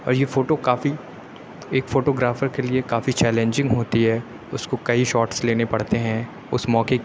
اور یہ فوٹو کافی ایک فوٹو گرافر کے لیے كافی چیلنجنگ ہوتی ہے اُس كو كئی شوٹس لینے پڑتے ہیں اُس موقعے